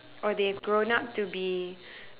or they've grown up to be